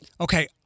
Okay